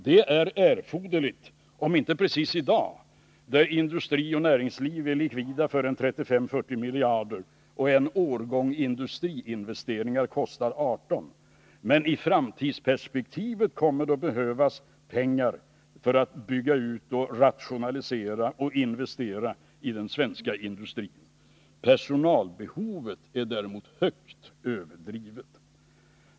Det är erforderligt, om än inte precis i dag då industri och näringsliv är likvida för 35-40 miljarder och en årgång industriinvesteringar kostar 18 miljarder. Men i framtidsperspektivet kommer det att behövas pengar för att bygga ut, rationalisera och investera i den svenska industrin. Personalbehovet är däremot mycket överdrivet.